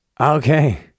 okay